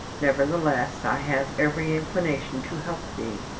nevertheless, i have every inclination to help thee,